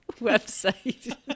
website